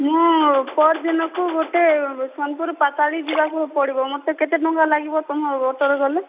ମୁଁ ପହର ଦିନକୁ ଗୋଟେ ସୋନପୁରରୁ ପାତାଳୀ ଯିବାକୁ ପଡ଼ିବ ମୋତେ କେତେ ଟଙ୍କା ଲାଗିବ ତୁମ ଅଟୋରେ ଗଲେ